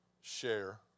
share